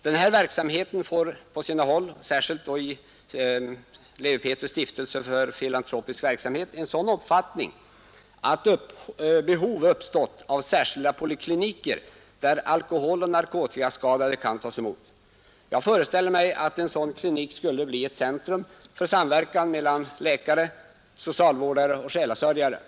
Den här verksamheten får på sina håll, särskilt i Lewi Pethrus” stiftelse för filantropisk verksamhet, en sådan Nr 125 omfattning att behov uppstått av särskilda polikliniker där alkoholoch Torsdagen den narkotikaskadade kan tas emot. Jag föreställer mig att en sådan klinik 11 november 1971 skulle bli ett centrum för samverkan mellan läkare, socialvårdare och ———- själasörjare. Ang.